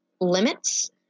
limits